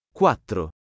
quattro